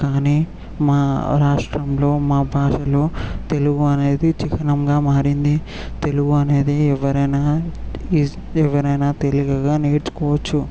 కానీ మా రాష్ట్రంలో మా భాషలో తెలుగు అనేది చిహ్నంగా మారింది తెలుగు అనేది ఎవరైనా ఈజ్ ఎవరైనా తేలికగా నేర్చుకోవచ్చు